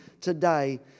today